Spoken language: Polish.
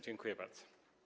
Dziękuję bardzo.